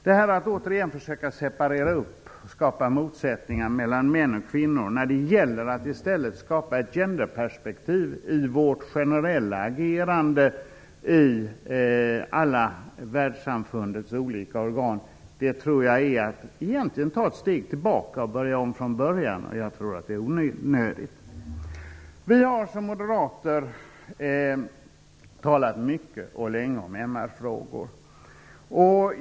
Detta att försöka att separera och skapa motsättningar mellan män och kvinnor när det gäller att i stället skapa ett genderperspektiv i vårt generella agerande i alla världssamfundets olika organ tror jag egentligen är att ta ett steg tillbaka och börja om från början, och det tror jag är onödigt. Vi har som moderater talat mycket och länge om MR-frågor.